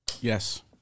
Yes